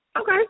Okay